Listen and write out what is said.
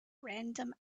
random